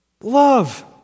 Love